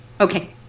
Okay